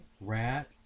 rat